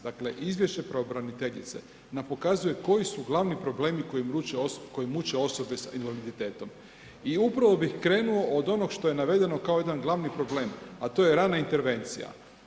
Dakle, izvješće pravobraniteljice nam pokazuje koji su glavni problemi koji muče osobe s invaliditetom i upravo bih krenuo od onoga što je navedeno kao jedan glavni problem, a to je rana intervencija.